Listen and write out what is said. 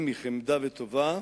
אם היא חמדה וטובה,